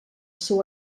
seu